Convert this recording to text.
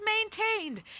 maintained